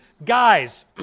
Guys